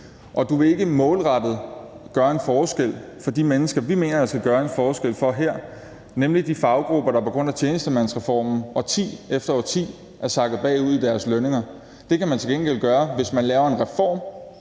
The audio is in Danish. Og du vil ikke målrettet gøre en forskel for de mennesker, vi mener der skal gøres en forskel for her, nemlig de faggrupper, der på grund af tjenestemandsreformen årti efter årti er sakket bagud i deres lønninger. Det kan man til gengæld gøre, hvis man laver en reform,